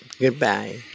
Goodbye